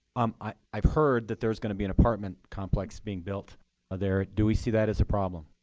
um i've heard that there's going to be an apartment complex being built there. do we see that as a problem?